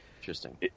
Interesting